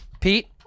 Pete